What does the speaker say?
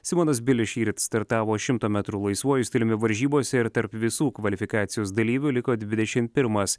simonas bilis šįryt startavo šimto metrų laisvuoju stiliumi varžybose ir tarp visų kvalifikacijos dalyvių liko dvidešim pirmas